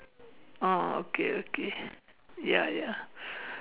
oh okay okay ya ya